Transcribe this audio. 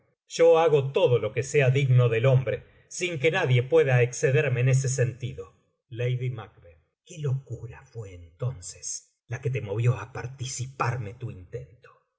yo hago todo lo que sea digno del hombre sin que nadie pueda excederme en ese sentido qué locura fué entonces la que te movió á participarme tu intento